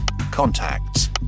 contacts